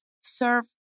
serve